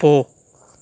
போ